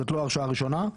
זאת לא הרשעה ראשונה,